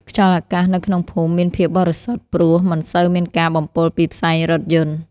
ខ្យល់អាកាសនៅក្នុងភូមិមានភាពបរិសុទ្ធ ព្រោះមិនសូវមានការបំពុលពីផ្សែងរថយន្ដ។